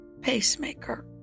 pacemaker